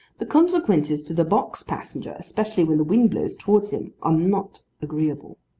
the consequences to the box passenger, especially when the wind blows towards him, are not agreeable.